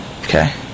Okay